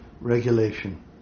regulation